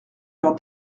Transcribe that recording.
leur